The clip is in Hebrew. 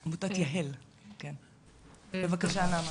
בבקשה, נעמה.